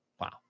Wow